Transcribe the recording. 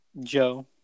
Joe